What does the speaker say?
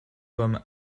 pommes